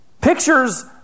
Pictures